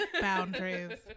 boundaries